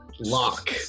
Lock